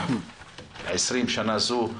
שנה זו,